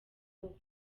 vuba